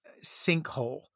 sinkhole